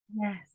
Yes